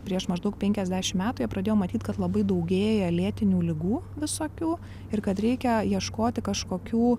prieš maždaug penkiasdešim metų jie pradėjo matyt kad labai daugėja lėtinių ligų visokių ir kad reikia ieškoti kažkokių